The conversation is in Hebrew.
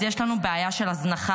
אז יש לנו בעיה של הזנחה.